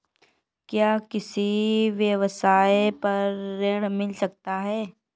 क्या किसी व्यवसाय पर ऋण मिल सकता है?